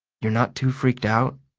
you're not too freaked out?